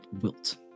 wilt